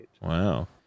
Wow